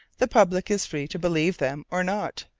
the public is free to believe them or not,